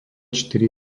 štyri